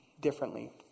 differently